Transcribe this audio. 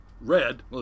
Red